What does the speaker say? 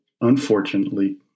unfortunately